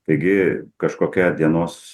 taigi kažkokia dienos